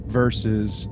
versus